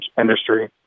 industry